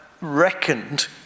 reckoned